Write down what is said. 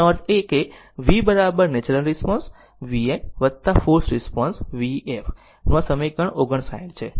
તેનો અર્થ એ કે v natural response vn forced response vfનું આ સમીકરણ 59 છે